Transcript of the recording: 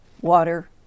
water